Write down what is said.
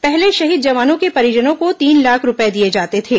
पहले शहीद जवानों के परिजनों को तीन लाख रूपए दिए जाते थे